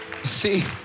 See